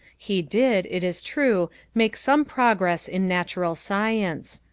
he did, it is true, make some progress in natural science.